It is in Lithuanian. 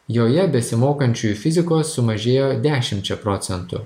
joje besimokančiųjų fizikos sumažėjo dešimčia procentų